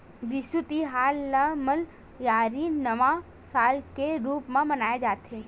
बिसु तिहार ल मलयाली नवा साल के रूप म मनाए जाथे